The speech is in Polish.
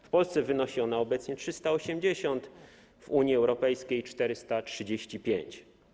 W Polsce wynosi ona obecnie 380, w Unii Europejskiej - 435.